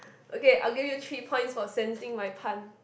okay I will give you three points for sensing my pun